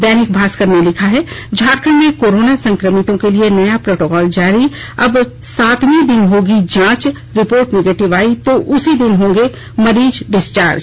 दैनिक भास्कर ने लिखा है झारखंड में कोरोना संक्रमितों के लिए नया प्रोटोकॉल जारी अब सातवें दिन होगी जांच रिपोर्ट निगेटिव आयी तो उसी दिन होंगे मरीज डिस्चार्ज